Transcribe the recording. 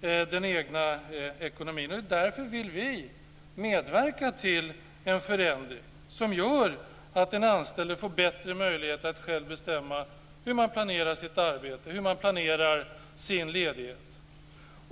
den egna ekonomin. Därför vill vi medverka till en förändring som gör att den anställde får bättre möjlighet att själv bestämma hur man planerar sitt arbete och hur man planerar sin ledighet.